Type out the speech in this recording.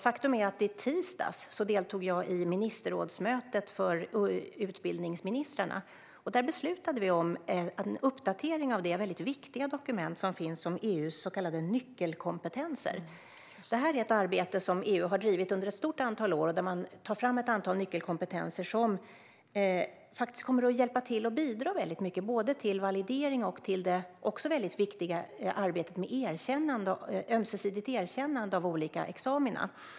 Faktum är att i tisdags deltog jag i ministerrådsmötet för utbildningsministrarna, och där beslutade vi om en uppdatering av det viktiga dokument som finns om EU:s så kallade nyckelkompetenser. Det här är ett arbete som EU har drivit under ett stort antal år. Man tar fram ett antal nyckelkompetenser som kommer att hjälpa till och bidra mycket, både till validering och till det likaså viktiga arbetet med ömsesidigt erkännande av olika examina.